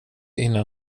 innan